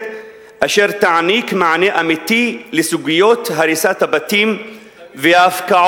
אשר תעניק מענה אמיתי לסוגיות הריסת הבתים וההפקעות".